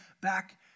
back